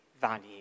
value